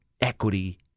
equity